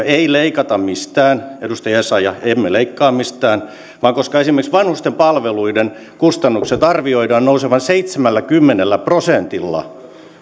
ei leikata mistään edustaja essayah emme leikkaa mistään mutta esimerkiksi vanhusten palveluiden kustannusten arvioidaan nousevan seitsemälläkymmenellä prosentilla